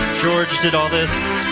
george did all this